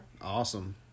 Awesome